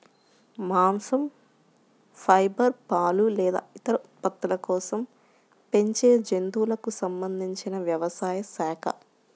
మాంసం, ఫైబర్, పాలు లేదా ఇతర ఉత్పత్తుల కోసం పెంచే జంతువులకు సంబంధించిన వ్యవసాయ శాఖ